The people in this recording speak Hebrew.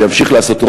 וימשיך לעשות,